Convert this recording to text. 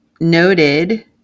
noted